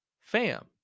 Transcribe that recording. Fam